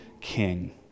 king